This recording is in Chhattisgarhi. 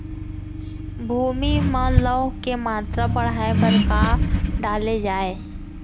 भूमि मा लौह के मात्रा बढ़ाये बर का डाले जाये?